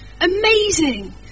amazing